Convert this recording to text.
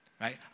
right